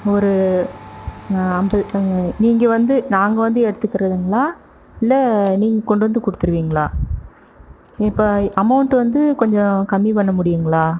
ஒரு ஐம்பது நீங்கள் வந்து நாங்கள் வந்து எடுத்துக்கிறதுங்களா இல்லை நீங்கள் கொண்டு வந்து கொடுத்துடுவீங்களா இப்போ அமெளண்ட் வந்து கொஞ்சம் கம்மி பண்ண முடியும்ங்களா